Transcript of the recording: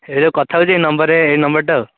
ହେଇ ଯେଉଁ କଥା ହେଉଛି ହେଇ ନମ୍ବରରେ ହେଇ ନମ୍ବରଟା ଆଉ